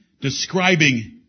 describing